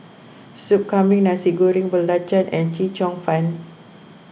Sup Kambing Nasi Goreng Belacan and Chee Cheong Fun